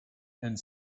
and